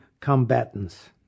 combatants